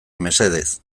mesedez